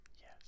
yes